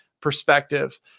perspective